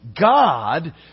God